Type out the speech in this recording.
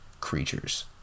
creatures